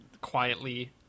quietly